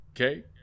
Okay